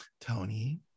Tony